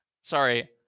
sorry